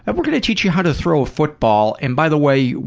and we're going to teach you how to throw a football, and by the way,